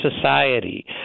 society